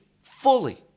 fully